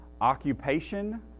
occupation